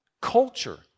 Culture